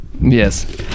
Yes